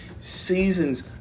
seasons